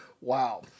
wow